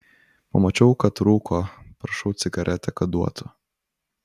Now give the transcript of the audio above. pamačiau kad rūko prašau cigaretę kad duotų